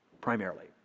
primarily